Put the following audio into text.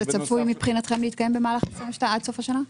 זה צפוי מבחינתכם להתקיים עד סוף השנה?